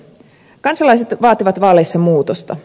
kansalaiset vaativat vaaleissa muutosta